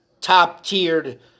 top-tiered